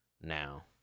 now